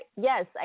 yes